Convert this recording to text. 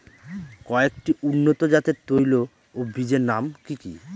কয়েকটি উন্নত জাতের তৈল ও বীজের নাম কি কি?